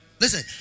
Listen